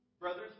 brothers